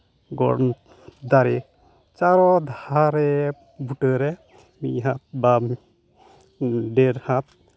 ᱵᱚᱱ ᱫᱟᱨᱮ ᱪᱟᱨ ᱫᱷᱟᱨᱮ ᱵᱩᱴᱟᱹ ᱨᱮ ᱢᱤᱫ ᱦᱟᱛ ᱵᱟ ᱰᱮᱹᱲ ᱦᱟᱛ